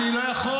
אני לא מבין אותך.